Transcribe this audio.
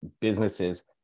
businesses